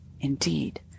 Indeed